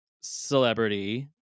celebrity